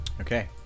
Okay